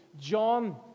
John